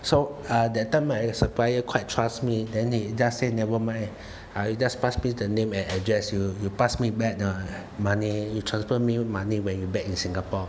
so uh that time my supplier quite trust me then they just say never mind I just pass me the name and address you pass me back the money you transfer me money when you back in singapore